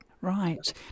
Right